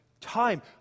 time